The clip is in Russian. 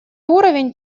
уровень